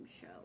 show